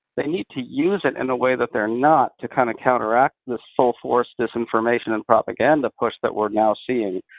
they need to use it in a way that they're not to kind of counteract the full force disinformation and propaganda push that we're now seeing.